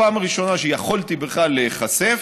הפעם הראשונה שיכולתי בכלל להיחשף,